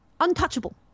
untouchable